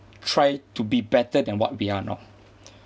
try to be better than what we are now